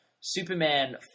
Superman